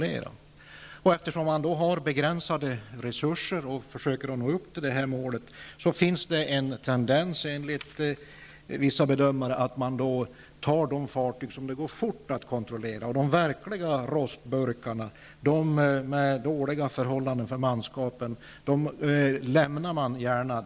Eftersom man har begränsade resurser och försöker nå upp till detta mål finns, enligt vissa bedömare, en tendens att man kontrollerar de fartyg som går fort att kontrollera. De verkliga rostburkarna, med dåliga förhållanden för manskapet, lämnar man gärna.